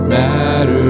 Matter